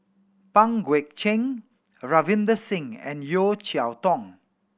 Pang Guek Cheng Ravinder Singh and Yeo Cheow Tong